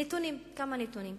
נתונים, כמה נתונים.